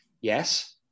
yes